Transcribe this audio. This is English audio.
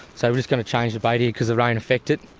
so we're just going to change the bait here because the rain affected